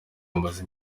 bamaze